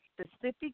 specific